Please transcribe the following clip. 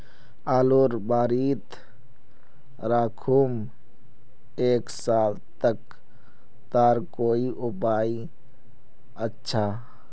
आलूर बारित राखुम एक साल तक तार कोई उपाय अच्छा?